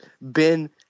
Ben